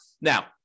Now